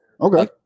Okay